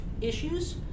issues